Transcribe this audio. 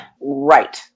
Right